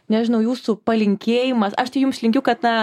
nežinau jūsų palinkėjimas aš tai jums linkiu kad na